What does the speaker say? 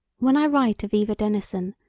when i write of eva denison,